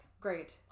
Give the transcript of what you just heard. Great